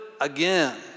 again